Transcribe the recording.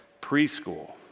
preschool